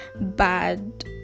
bad